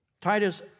Titus